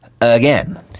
again